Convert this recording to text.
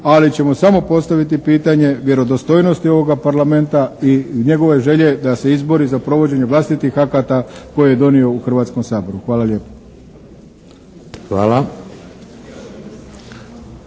Ali ćemo samo postaviti pitanje vjerodostojnosti ovoga Parlamenta i njegove želje da se izbori za provođenje vlastitih akata koje je donio u Hrvatskom saboru. Hvala lijepo.